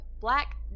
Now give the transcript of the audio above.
Black